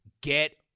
Get